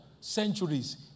centuries